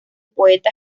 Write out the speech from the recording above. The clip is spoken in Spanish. poeta